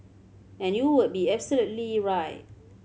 and you would be absolutely right